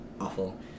awful